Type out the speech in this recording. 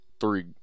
three